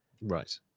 right